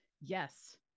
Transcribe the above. yes